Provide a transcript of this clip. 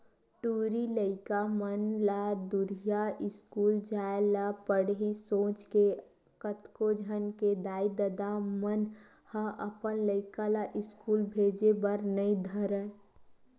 टूरी लइका मन ला दूरिहा इस्कूल जाय ल पड़ही सोच के कतको झन के दाई ददा मन ह अपन लइका ला इस्कूल भेजे बर नइ धरय